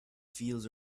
fields